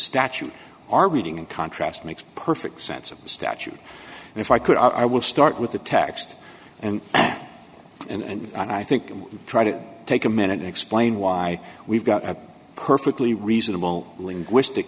statute our reading in contrast makes perfect sense of the statute and if i could i will start with the text and and and and i think i'm trying to take a minute and explain why we've got a perfectly reasonable linguistic